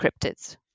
cryptids